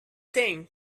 thing